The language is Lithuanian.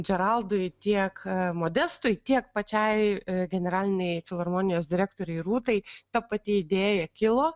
džeraldui tiek modestui tiek pačiai generalinei filharmonijos direktorei rūtai ta pati idėja kilo